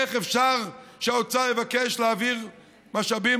איך אפשר שהאוצר יבקש להעביר משאבים,